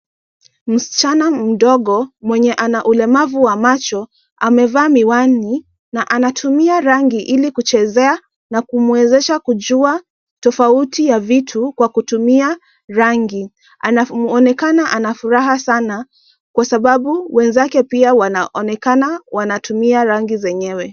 Msichana mdogo mwenye ana ulemavu wa macho amevaa miwani na anatumia rangi ili kuchezea na kumwezesa kujua tofauti ya vitu kwa kutumia rangi. Anaonekana ana furaha sana kwa sababu wenzake pia wanaonekana wanatumia rangi zenyewe.